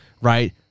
Right